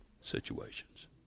situations